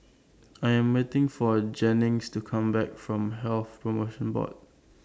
I Am waiting For Jennings to Come Back from Health promotion Board